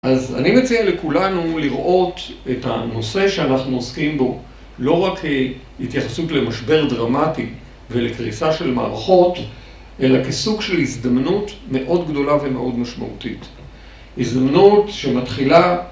אז אני מציע לכולנו לראות את הנושא שאנחנו עוסקים בו, לא רק כהתייחסות למשבר דרמטי ולקריסה של מערכות, אלא כסוג של הזדמנות מאוד גדולה ומאוד משמעותית, הזדמנות שמתחילה